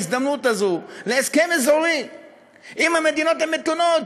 ההזדמנות הזאת להסכם אזורי עם המדינות המתונות,